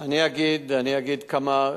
אני אגיד כמה,